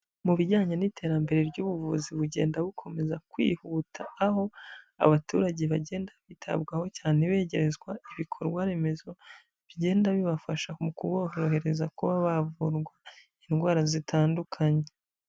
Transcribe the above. Mu bijyanye n'iterambere ry'ubuvuzi bugenda bukomeza kwihuta, aho abaturage bagenda bitabwaho cyane begerezwa ibikorwa remezo bigenda bibafasha mu kuborohereza kuba bavurwa indwara zitandukanye.